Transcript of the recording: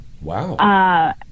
Wow